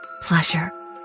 Pleasure